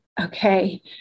okay